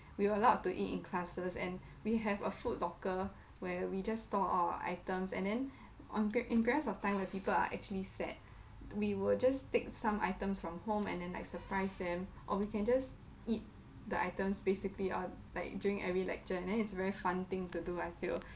we were allowed to eat in classes and we have a food locker where we just store all our items and then on period in periods of time where people are actually sad we will just take some items from home and then like surprise them or we can just eat the items basically or like during every lecture and then it's a very fun thing to do I feel